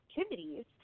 activities